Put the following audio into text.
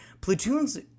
Platoons